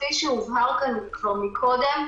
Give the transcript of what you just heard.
כפי שהובהר כאן כבר קודם,